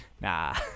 Nah